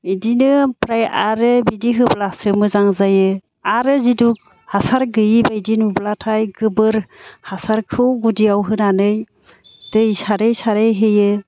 इदिनो ओमफ्राय आरो बिदि होब्लासो मोजां जायो आरो जिथु हासार गैयैबायदि नुब्लाथाय गोबोर हासारखौ गुदियाव होनानै दै सारै सारै होयो